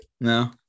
No